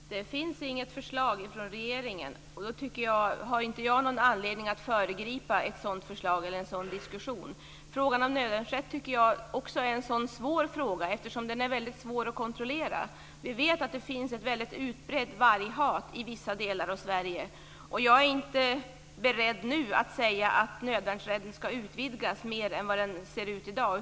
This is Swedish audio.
Herr talman! Det finns inget förslag från regeringen och då har inte jag någon anledning att föregripa ett sådant förslag eller en sådan diskussion. Frågan om nödvärnsrätt tycker jag också är en svår fråga, eftersom den rätten är väldigt svår att kontrollera. Vi vet att det finns ett mycket utbrett varghat i vissa delar av Sverige. Jag är inte beredd att nu säga att nödvärnsrätten ska utvidgas till något mer än den är i dag.